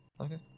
Okay